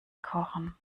kochen